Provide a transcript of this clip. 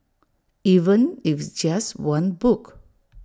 even if it's just one book